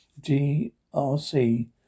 GRC